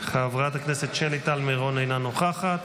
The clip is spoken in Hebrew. חברת הכנסת שלי טל מירון, אינה נוכחת,